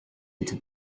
into